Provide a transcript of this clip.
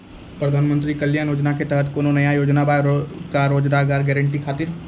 प्रधानमंत्री कल्याण योजना के तहत कोनो नया योजना बा का रोजगार गारंटी खातिर?